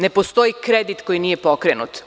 Ne postoji kredit koji nije pokrenut.